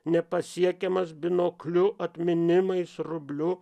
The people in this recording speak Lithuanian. nepasiekiamas binokliu atminimais rubliu